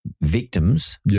victims